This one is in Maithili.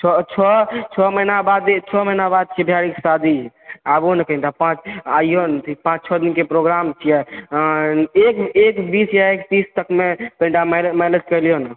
छओ महिना बादे छओ महिना बाद छिए भय्यारीके शादी आबु ने कनि तऽ आबुने अथि पाँच छओ दिनके प्रोग्राम छियै एक एक बीस यऽ एक तीस तकमे कनि तऽ मैने मैनेज कऽ लियोने